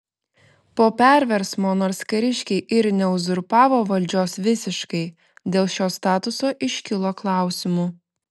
po perversmo nors kariškiai ir neuzurpavo valdžios visiškai dėl šio statuso iškilo klausimų